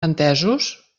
entesos